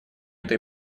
этой